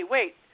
Wait